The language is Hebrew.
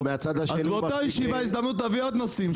אז באותה ישיבה תביא עוד נושאים,